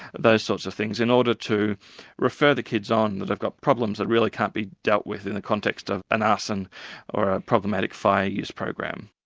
those sorts of things, in order to refer the kids on that have got problems that really can't be dealt with in a context of an arson or a problematic fire use program.